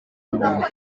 nzara